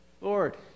Lord